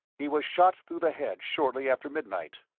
he was shot through the head shortly after midnight.